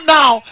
now